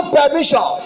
permission